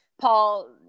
Paul